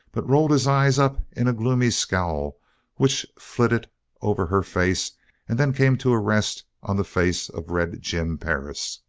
but rolled his eyes up in a gloomy scowl which flitted over her face and then came to a rest on the face of red jim perris.